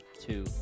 two